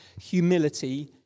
humility